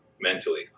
mentally